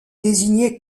désigné